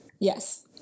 Yes